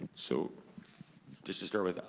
so just to start with,